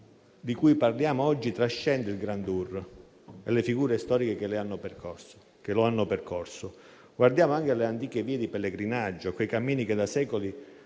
di cui parliamo oggi trascende il *grand tour* e le figure storiche che lo hanno percorso. Guardiamo anche alle antiche vie di pellegrinaggio, quei cammini che da secoli